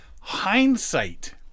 Hindsight